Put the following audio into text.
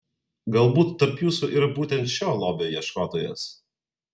galbūt tarp jūsų yra būtent šio lobio ieškotojas